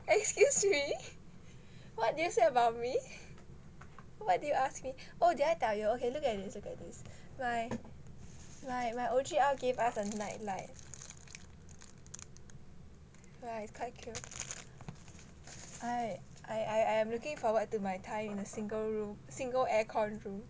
excuse me what did you say about me what do you ask me oh did I tell you okay look at this look at this my my O_G_L gave us a night light [right] it's quite cute [right] I I I am looking forward to my time in a single room single air con room